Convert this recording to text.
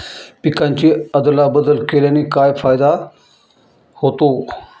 पिकांची अदला बदल केल्याने काय फायदा होतो?